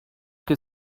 que